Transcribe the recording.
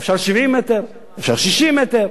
אפשר 70 מטר, אפשר 60 מטר,